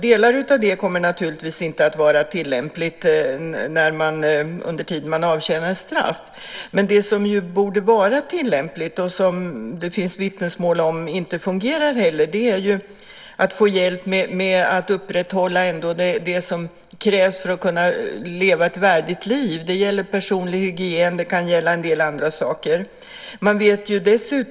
Delar av den lagen kommer naturligtvis inte att vara tillämplig under den tid personen avtjänar sitt straff. Det som borde vara tillämpligt och som det finns vittnesmål om inte fungerar, är att få hjälp med att upprätthålla det som krävs för att kunna leva ett värdigt liv. Det gäller personlig hygien, och det kan gälla en del andra saker.